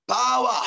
Power